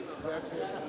הצעת סיכום